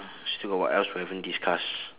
still got what else we haven't discuss